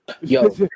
Yo